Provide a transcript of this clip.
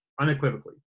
Unequivocally